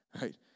right